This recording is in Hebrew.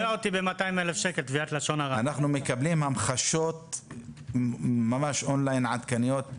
אנחנו מקבלים המחשות עדכניות און-ליין.